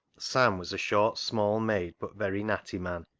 sam was a short, small-made, but very natty man,